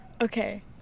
okay